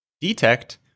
detect